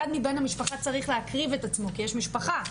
אחד מבני המשפחה צריך להקריב את עצמו כי יש משפחה,